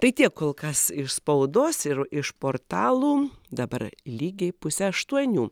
tai tiek kol kas iš spaudos ir iš portalų dabar lygiai pusę aštuonių